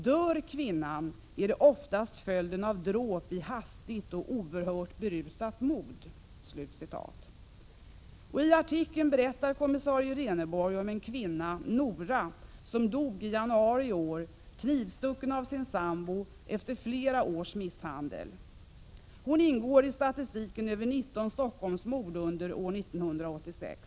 Dör kvinnan är det oftast följden av dråp i hastigt och oerhört berusat mod.” T artikeln berättar kommissarie Reneborg om en kvinna, Nora, som dog i januari i år, knivstucken av sin sambo efter flera års misshandel. Hon ingår i den statistik som redovisar 19 Stockholmsmord under år 1986.